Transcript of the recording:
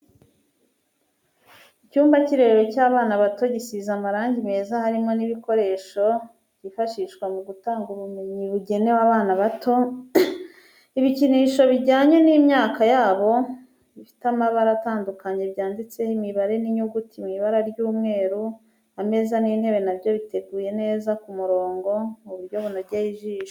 Icyumba cy'irerero ry'abana bato, gisize marangi meza harimo ibikoresho byifashishwa mu gutanga ubumenyi bugenewe abana bato, ibikinisho bijyanye n'imyaka yabo bifite amabara atandukanye byanditseho imibare n'inyuguti mu ibara ry'umweru, ameza n'intebe na byo biteguye neza ku murongo mu buryo bunogeye ijisho.